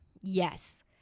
Yes